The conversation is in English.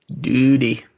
Duty